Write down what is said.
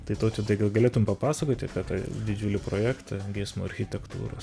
tai tautvydai gal galėtum papasakoti apie tai didžiulį projektą geismo architektūros